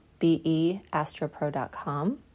beastropro.com